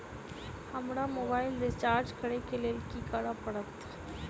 हमरा mobile recharge करऽ केँ लेल की करऽ पड़त?